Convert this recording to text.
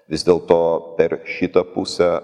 vis dėl to per šitą pusę